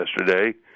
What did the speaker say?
yesterday